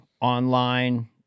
online